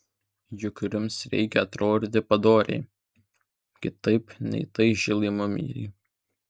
juk jums reikia atrodyti padoriai kitaip nei tai žilai mumijai